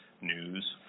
news